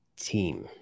team